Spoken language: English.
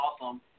awesome